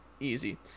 easy